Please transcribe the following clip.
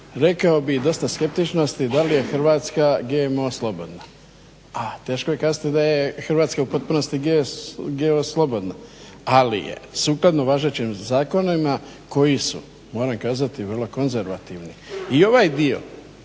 rekao bih dosta skeptičnosti da li je Hrvatska GMO slobodna. A teško je kazati da je Hrvatska u potpunosti GO slobodna, ali je sukladno važećim zakonima koji su moram kazati vrlo konzervativni. I ovaj dio,